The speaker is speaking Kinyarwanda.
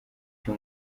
cyo